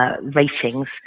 ratings